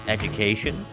education